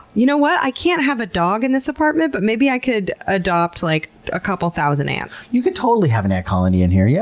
you know what? i can't have a dog in this apartment, but maybe i could adopt like a couple thousand ants. you can totally have an ant colony in here, yeah!